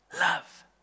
love